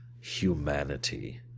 humanity